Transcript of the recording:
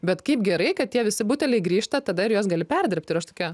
bet kaip gerai kad tie visi buteliai grįžta tada ir juos gali perdirbt ir aš tokia